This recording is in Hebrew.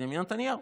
בנימין נתניהו.